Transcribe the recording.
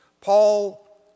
Paul